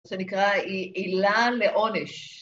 שנקרא היא עילה לעונש.